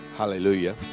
Hallelujah